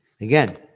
Again